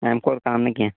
اَمہِ کَم نہٕ کیٚنٛہہ